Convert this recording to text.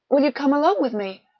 will you come along with me?